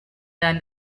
than